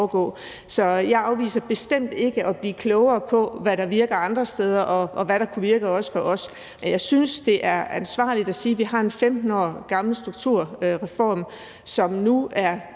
Så jeg afviser bestemt ikke at blive klogere på, hvad der virker andre steder, og hvad der også kunne virke for os. Men jeg synes, det er ansvarligt at sige, at vi har en 15 år gammel strukturreform, som nu er